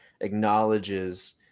acknowledges